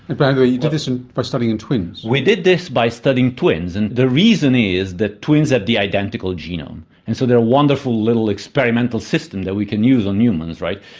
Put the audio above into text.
but by the way, you did this ah by studying and twins. we did this by studying twins and the reason is that twins have the identical genome. and so they're a wonderful little experimental system that we can use on humans, right?